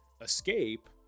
escape